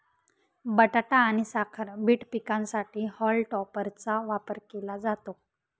बटाटा आणि साखर बीट पिकांसाठी हॉल टॉपरचा वापर केला जातो